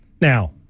Now